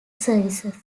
services